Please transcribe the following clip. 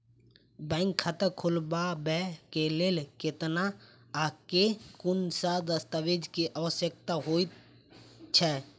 Bank खाता खोलबाबै केँ लेल केतना आ केँ कुन सा दस्तावेज केँ आवश्यकता होइ है?